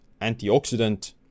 antioxidant